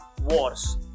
wars